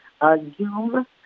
Zoom